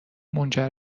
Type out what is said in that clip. منجر